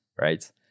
right